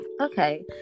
Okay